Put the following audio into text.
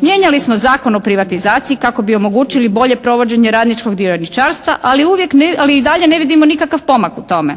Mijenjali smo Zakon o privatizaciji kako bi omogućili bolje provođenje radničkog dioničarstva, ali i dalje ne vidimo nikakav pomak u tome.